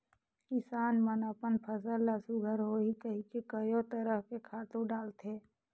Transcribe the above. किसान मन अपन फसल ल सुग्घर होही कहिके कयो तरह के खातू डालथे